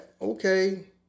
okay